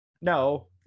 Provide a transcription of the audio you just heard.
No